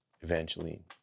Evangeline